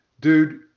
dude